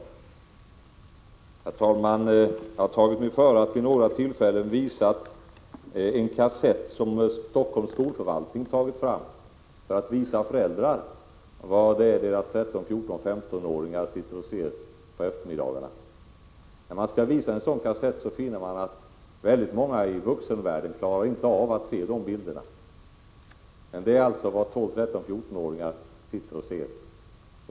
Herr talman! Jag har vid några tillfällen visat en kassett som Stockholms skolförvaltning tagit fram för att upplysa föräldrar om vad deras 13-, 14-, 15-åringar sitter och ser på eftermiddagarna. När man visar en sådan kassett finner man att oerhört många i vuxenvärlden inte klarar av att se bilderna, men det är alltså vad 12-, 13 och 14-åringar ser på.